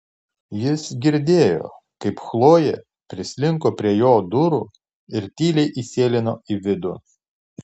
jis girdėjo kaip chlojė prislinko prie jo durų ir tyliai įsėlino į vidų